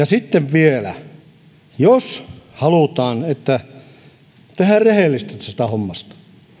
sitten vielä jos halutaan että tehdään rehellistä tästä hommasta